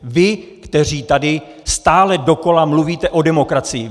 Vy, kteří tady stále dokola mluvíte o demokracii!